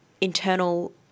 internal